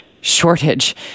shortage